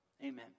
amen